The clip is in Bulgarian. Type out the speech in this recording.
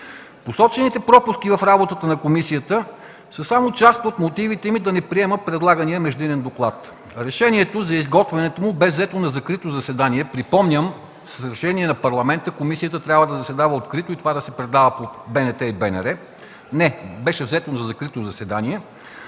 Посочените пропуски в работата на комисията са само част от мотивите ми да не приема предлагания междинен доклад. Решението за изготвянето му бе взето на закрито заседание. Припомням, че с решение на Парламента комисията трябва да заседава открито и това да се предава по Българската национална